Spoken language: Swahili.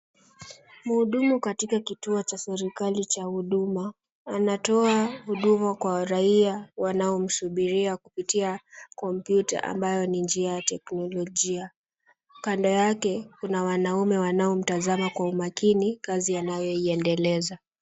Mhudumu katika kituo cha serikali cha huduma, anatoa huduma kwa raia wanao msubiria kupitia computer ambayo ni njia ya teknolojia. Kando yake kuna wanaume wanaomtazama kwa umakini kazi anayoiendeleza.